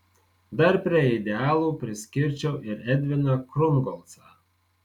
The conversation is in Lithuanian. dar prie idealų priskirčiau ir edviną krungolcą